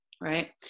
right